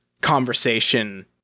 conversation